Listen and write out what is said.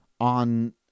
on